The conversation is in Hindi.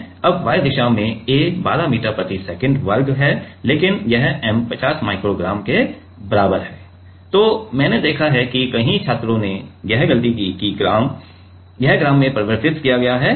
अब y दिशा में a 12 मीटर प्रति सेकंड वर्ग है लेकिन यह m 50 माइक्रो ग्राम के बराबर है और मैंने देखा है कि कई छात्रों ने यह गलती की है कि यह ग्राम में परिवर्तित किया गया है